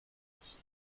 nelson